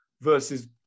versus